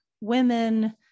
women